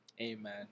Amen